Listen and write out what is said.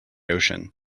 ocean